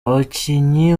abakinnyi